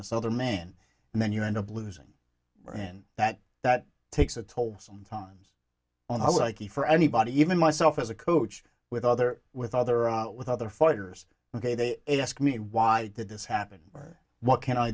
this other man and then you end up losing and that that takes a toll sometimes on the like he for anybody even myself as a coach with other with other or with other fighters ok they ask me why did this happen or what can i